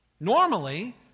Normally